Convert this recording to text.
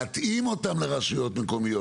להתאים אותם לרשויות מקומיות.